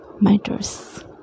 matters